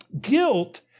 Guilt